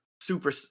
super